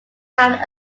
have